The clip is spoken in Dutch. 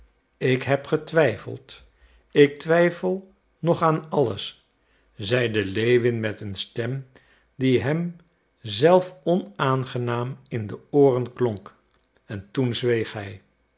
ik heb getwijfeld ik twijfel nog aan alles zeide lewin met een stem die hem zelf onaangenaam in de ooren klonk en toen zweeg